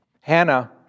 Hannah